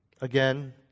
Again